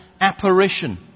apparition